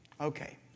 Okay